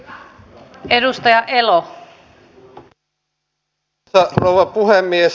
arvoisa rouva puhemies